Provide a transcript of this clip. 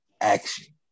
action